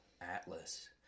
Atlas